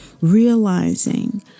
realizing